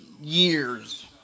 years